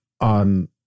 on